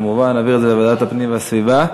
כמובן נעביר את זה לוועדת הפנים והסביבה.